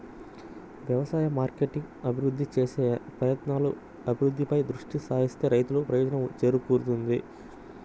వ్యవసాయ మార్కెటింగ్ అభివృద్ధి చేసే ప్రయత్నాలు, అభివృద్ధిపై దృష్టి సారిస్తే రైతులకు ప్రయోజనం చేకూరుతుంది